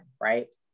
right